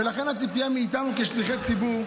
ולכן, הציפייה מאיתנו כשליחי ציבור,